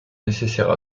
nécessaire